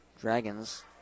Dragons